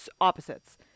opposites